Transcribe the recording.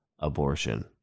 abortion